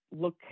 look